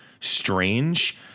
strange